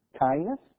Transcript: kindness